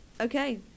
okay